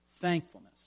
thankfulness